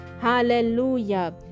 Hallelujah